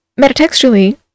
Metatextually